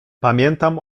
pamiętam